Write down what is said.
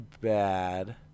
bad